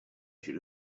should